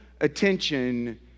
attention